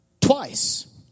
twice